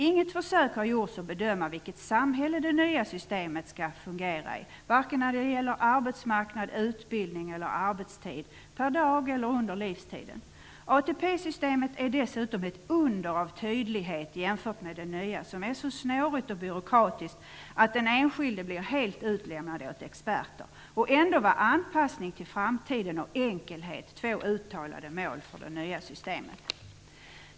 Inget försök har gjorts att bedöma vilket samhälle det nya systemet skall fungera i, varken när det gäller arbetsmarknad, utbildning eller arbetstid - per dag eller under livstiden. ATP systemet är dessutom ett under av tydlighet jämfört med det nya systemet, som är så snårigt och byråkratiskt att den enskilde blir helt utlämnad åt experter. Ändå var anpassning till framtiden och enkelhet två uttalade mål för det nya systemet.